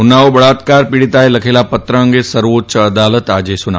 ઉન્નાઓ બળાત્કાર પીડિતાએ લખેલા પત્ર અંગે સર્વોચ્ય અદાલત આજે સુનાવણી કરશે